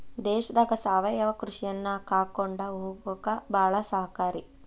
ದೇಶದಾಗ ಸಾವಯವ ಕೃಷಿಯನ್ನಾ ಕಾಕೊಂಡ ಹೊಗಾಕ ಬಾಳ ಸಹಕಾರಿ